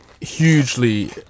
hugely